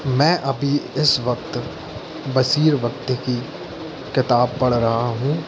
मैं अभी इस वक्त बशीर बद्र की किताब पढ़ रहा हूँ